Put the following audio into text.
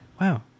Wow